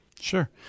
Sure